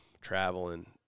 traveling